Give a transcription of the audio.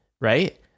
right